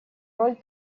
роль